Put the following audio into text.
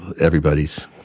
everybody's